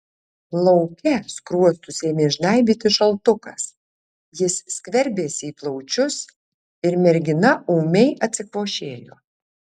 lauke skruostus ėmė žnaibyti šaltukas jis skverbėsi į plaučius ir mergina ūmiai atsikvošėjo